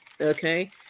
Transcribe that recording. okay